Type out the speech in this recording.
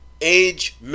Age